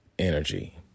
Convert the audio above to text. Energy